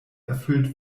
erfüllt